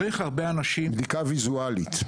בדיקה ויזואלית.